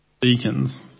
deacons